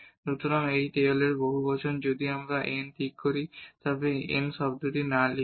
সুতরাং এটি হল টেইলরের বহুবচন যদি আমরা এই n ঠিক করি এবং এই r n শব্দটি না লিখি